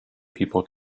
people